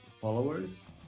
followers